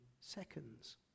seconds